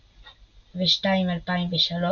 2002/2003,